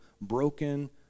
broken